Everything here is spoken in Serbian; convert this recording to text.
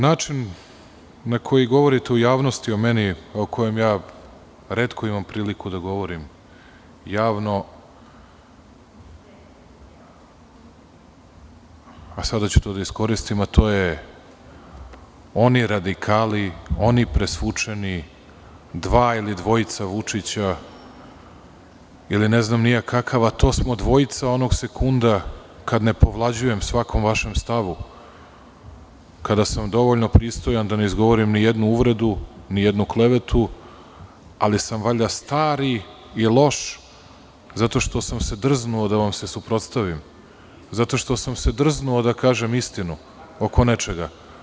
Način na koji govorite u javnosti o meni, o kojem ja retko imam priliku da govorim javno, a sada ću to da iskoristim, a to je – oni radikali, oni presvučeni, dva ili dvojica Vučića ili ne znam ni ja kakav, a to smo dvojica onog sekunda kada ne povlađujem svakom vašem stavu, kada sam dovoljno pristojan da ne izgovorim ni jednu uvredu, ni jednu klevetu, ali sam valjda stari i loš zato što sam se drznuo da vam se suprotstavim, zato što sam se drznuo da kažem istinu oko nečega.